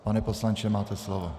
Pane poslanče, máte slovo.